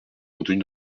contenus